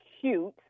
cute